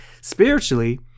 spiritually